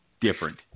different